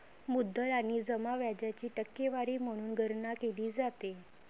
मुद्दल आणि जमा व्याजाची टक्केवारी म्हणून गणना केली जाते